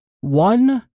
one